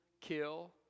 kill